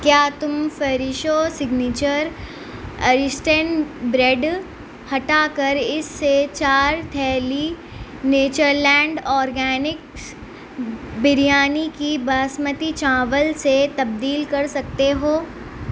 کیا تم Fresho signature آرسٹینڈ بریڈ ہٹا کر اس سے چار تھیلی نیچر لینڈ اورگینکس بریانی کی باسمتی چاول سے تبدیل کر سکتے ہو